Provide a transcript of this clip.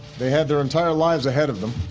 they had their entire lives ahead of them